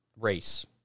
race